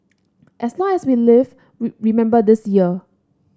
as long as we live remember this year